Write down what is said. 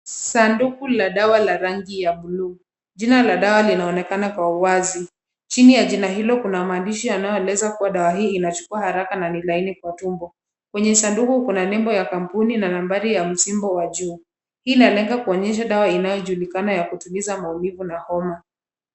Sanduku la dawa la rangi ya buluu, jina la dawa linaonekana kwa uwazi. Chini ya dawa hilo kuna maandishi yanayoeleza kuwa dawa hii inachukua haraka na ni laini kwa tumbo. Kwenye sanduku kuna nembo ya kampuni na nambari ya msimbo wa juu. Hii inalenga kuwaonyesha dawa inayojulikana ya kutuliza maumivu na homa.